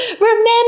remember